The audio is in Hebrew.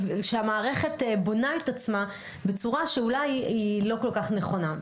שהמערכת בונה את עצמה בצורה שאולי היא לא כל כך נכונה.